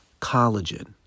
collagen